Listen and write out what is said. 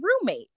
roommate